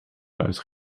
eruit